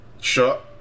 sure